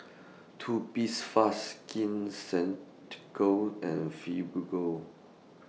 Skin Ceuticals and Fibogel